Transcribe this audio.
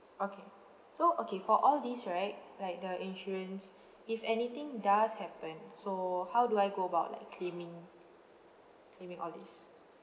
okay so okay for all these right like the insurance if anything does happen so how do I go about like claiming claiming all these